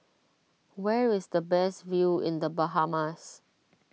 where is the best view in the Bahamas